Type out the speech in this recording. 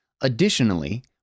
Additionally